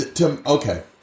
Okay